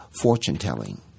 fortune-telling